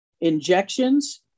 injections